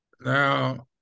Now